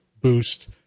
boost